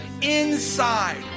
inside